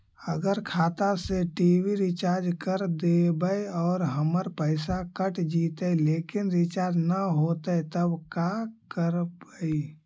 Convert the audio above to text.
अगर खाता से टी.वी रिचार्ज कर देबै और हमर पैसा कट जितै लेकिन रिचार्ज न होतै तब का करबइ?